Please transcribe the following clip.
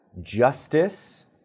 justice